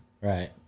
Right